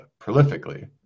prolifically